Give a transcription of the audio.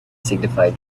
signified